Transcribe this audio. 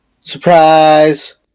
Surprise